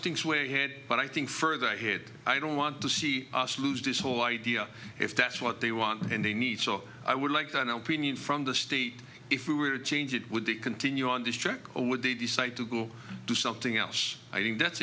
thinks we're here but i think further here i don't want to see us lose this whole idea if that's what they want and they need so i would like to know from the state if we were to change it would they continue on this trip or would they decide to go do something else i think that's